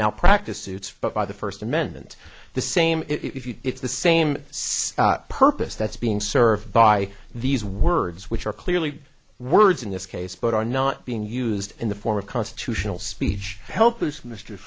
malpractise suits but by the first amendment the same if you it's the same purpose that's being served by these words which are clearly words in this case but are not being used in the form of constitutional speech help us mr